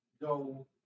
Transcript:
go